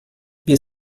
wir